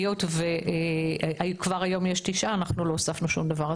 היות וכבר היום יש תשעה לא הוספנו שום דבר.